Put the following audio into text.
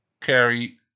carry